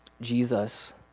Jesus